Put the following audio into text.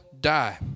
die